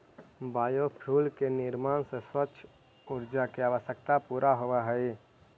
biofuel के निर्माण से स्वच्छ ऊर्जा के आवश्यकता पूरा होवऽ हई